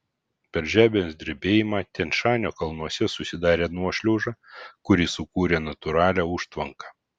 per žemės drebėjimą tian šanio kalnuose susidarė nuošliauža kuri sukūrė natūralią užtvanką